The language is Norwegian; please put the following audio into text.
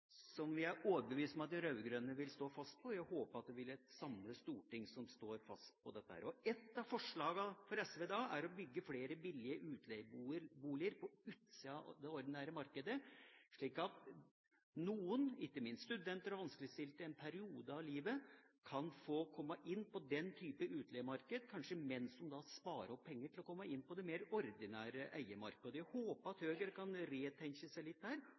som vi er overbevist om at de rød-grønne vil stå fast på. Jeg håper at det blir et samlet storting som står fast på dette. Et av forslagene til SV er å bygge flere billige utleieboliger på utsida av det ordinære markedet, slik at noen, ikke minst studenter og vanskeligstilte en periode av livet, kan få komme inn på den typen utleiemarked, kanskje mens de sparer opp penger til å komme inn på det mer ordinære eiemarkedet. Det er å håpe at Høyre kan retenke litt her